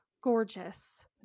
gorgeous